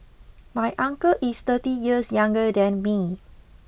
my uncle is thirty years younger than me